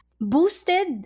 Boosted